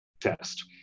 test